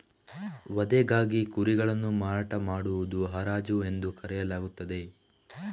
ವಧೆಗಾಗಿ ಕುರಿಗಳನ್ನು ಮಾರಾಟ ಮಾಡುವುದನ್ನು ಹರಾಜು ಎಂದು ಕರೆಯಲಾಗುತ್ತದೆ